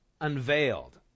unveiled